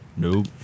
Nope